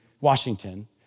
Washington